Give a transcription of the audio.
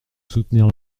soutenir